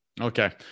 Okay